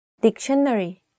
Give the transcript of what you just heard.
Dictionary